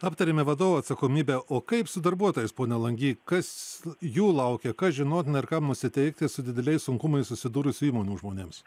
aptarėme vadovų atsakomybę o kaip su darbuotojais pone langy kas jų laukia kas žinotina ir kam nusiteikti su dideliais sunkumais susidūrusių įmonių žmonėms